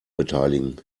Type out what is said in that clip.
beteiligen